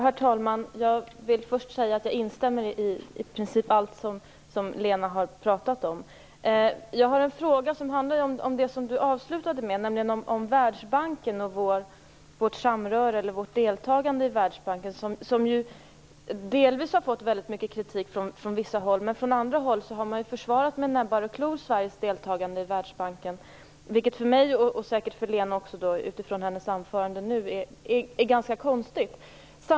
Herr talman! Jag vill först säga att jag i princip instämmer i allt som Lena Klevenås har pratat om. Jag har en fråga som handlar om det som Lena Klevenås avslutade med, nämligen om Världsbanken och vårt deltagande i den. Det har delvis fått mycket kritik från vissa håll, men från andra håll har man med näbbar och klor försvarat Sveriges deltagande i Världsbanken. För mig, och säkert också för Lena Klevenås - det framgick av hennes anförande - är det ganska konstigt.